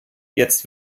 jetzt